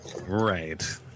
right